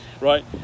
right